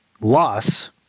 loss